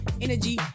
Energy